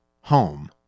home